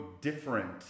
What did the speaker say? different